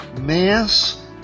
mass